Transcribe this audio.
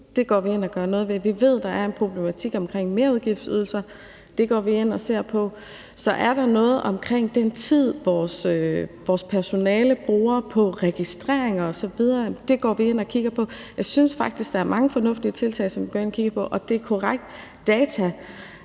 det går vi ind og gør noget ved. Vi ved, at der er en problematik omkring merudgiftsydelser, og det går vi ind og ser på. Så er der noget omkring den tid, vores personale bruger på registreringer osv., og det går vi ind og kigger på. Jeg synes faktisk, at der er mange fornuftige tiltag og ting, som vi går ind og kigger på, og det er korrekt, at